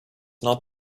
not